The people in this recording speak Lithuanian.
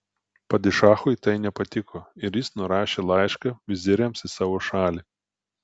padišachui tai nepatiko ir jis nurašė laišką viziriams į savo šalį